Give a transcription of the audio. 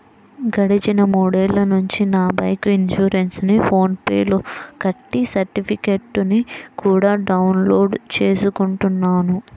గడిచిన మూడేళ్ళ నుంచి నా బైకు ఇన్సురెన్సుని ఫోన్ పే లో కట్టి సర్టిఫికెట్టుని కూడా డౌన్ లోడు చేసుకుంటున్నాను